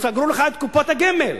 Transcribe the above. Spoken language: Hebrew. סגרו לך את קופות הגמל.